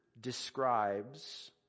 describes